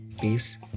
peace